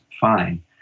fine